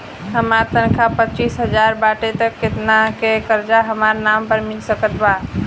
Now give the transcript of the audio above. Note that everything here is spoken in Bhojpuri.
हमार तनख़ाह पच्चिस हज़ार बाटे त केतना तक के कर्जा हमरा नाम पर मिल सकत बा?